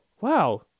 wow